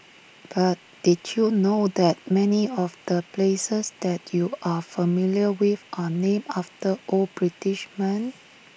but did you know that many of the places that you're familiar with are named after old British men